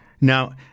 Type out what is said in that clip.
Now